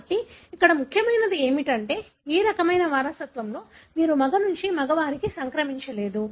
కాబట్టి ఇక్కడ ముఖ్యమైనది ఏమిటంటే ఈ రకమైన వారసత్వంలో మీరు మగ నుండి మగవారికి సంక్రమించలేదు